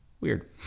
weird